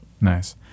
Nice